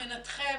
מבחינתכם